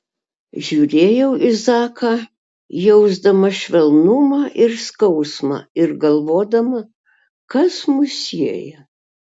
žiūrėjau į zaką jausdama švelnumą ir skausmą ir galvodama kas mus sieja